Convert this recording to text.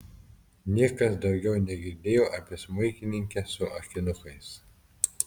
niekas daugiau negirdėjo apie smuikininkę su akinukais